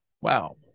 Wow